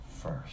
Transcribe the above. first